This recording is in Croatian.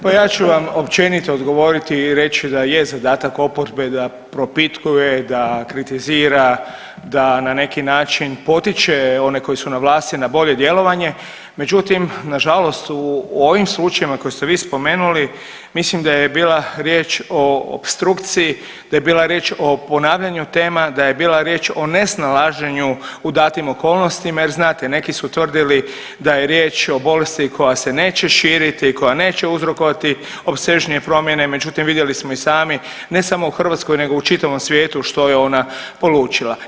Pa ja ću vam općenito odgovoriti i reći da je zadatak oporbe da propitkuje, da kritizira, da na neki način potiče one koji su na vlasti na bolje djelovanje, međutim nažalost u ovim slučajevima koje ste vi spomenuli mislim da je bila riječ o opstrukciji, da je bila riječ o ponavljanju tema, da je bila riječ o nesnalaženju u datim okolnostima jer znate neki su tvrdili da je riječ o bolesti koja se neće širiti i koja neće uzrokovati opsežnije promjene, međutim vidjeli smo i sami ne samo u Hrvatskoj nego u čitavom svijetu što je ona polučila.